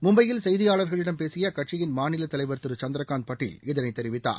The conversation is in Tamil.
மும்பையில் செய்தியாளர்களிடம் பேசிய அக்கட்சியின் மாநில தலைவர் திரு சந்திரகாந்த் பாட்டீல் இதை தெரிவித்தார்